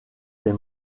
des